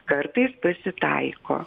kartais pasitaiko